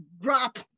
drop